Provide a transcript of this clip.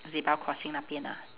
zebra crossing 那边 ah